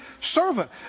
servant